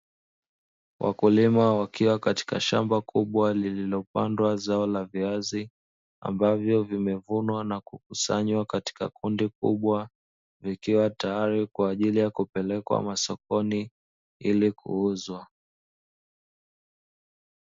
Wakulima wakiwa katika shamba kubwa lililopandwa zao la viazi ambavyo vimevunwa na kukusanywa katika kundi kubwa, vikiwa tayari kwa ajili ya kupelekwa masokoni ili kuuzwa.